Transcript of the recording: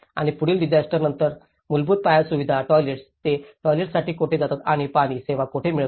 आणि पुढील डिसास्टर नंतर मूलभूत पायाभूत सुविधा टॉयलेट्स ते टॉयलेट्ससाठी कोठे जातात पाणी सेवा कोठे मिळतात